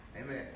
Amen